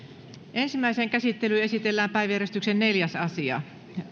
ensimmäiseen käsittelyyn esitellään päiväjärjestyksen neljäs asia